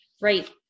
Right